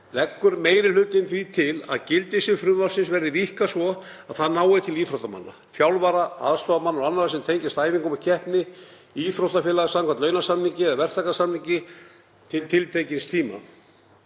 Leggur meiri hlutinn því til að gildissvið frumvarpsins verði víkkað svo að það nái til íþróttamanna, þjálfara, aðstoðarmanna og annarra sem tengjast æfingum og keppni íþróttafélaga samkvæmt launasamningi eða verktakasamningi til tiltekins tíma.